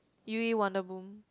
u_e wonder boom